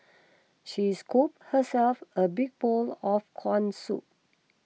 she scooped herself a big bowl of Corn Soup